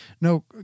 No